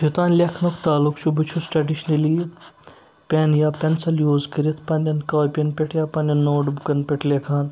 یوٚتانۍ لیکھنُک تعلُق چھُ بہٕ چھُس ٹرٛیڈِشنٔلی پیٚن یا پیٚنسل یوٗز کٔرِتھ پننیٚن کاپیَن پٮ۪ٹھ یا پننیٚن نوٹ بُکن پٮ۪ٹھ لیکھان